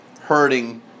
hurting